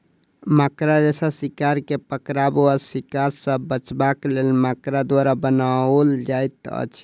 मकड़ा रेशा शिकार के पकड़बा वा शिकार सॅ बचबाक लेल मकड़ा द्वारा बनाओल जाइत अछि